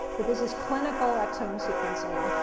but this is clinical exome sequencing.